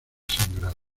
sangrado